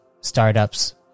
startups